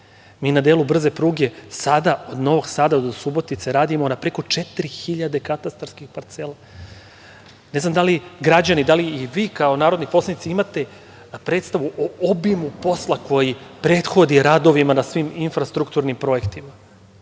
Mi na delu brze pruge sada od Novog Sada do Subotice radimo na preko 4000 katastarskih parcela. Ne znam da li građani, da li vi kao narodni poslanici imate predstavu o obimu posla koji prethodi radovima na svim infrastrukturnim projektima.